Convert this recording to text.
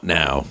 now